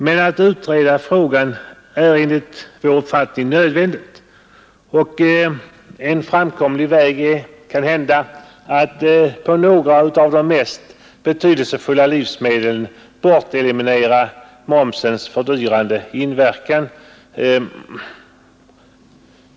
Men att utreda frågan är enligt vår uppfattning nödvändig, och en framkomlig väg är kanske att på några av de mest betydelsefulla livsmedlen ta bort momsens fördyrande inverkan.